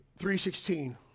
3.16